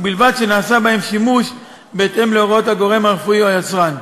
ובלבד שנעשה בהם שימוש בהתאם להוראות הגורם הרפואי או היצרן.